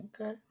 Okay